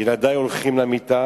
ילדי הולכים למיטה,